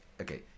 Okay